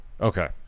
Okay